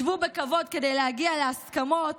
שבו בכבוד כדי להגיע להסכמות,